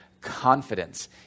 confidence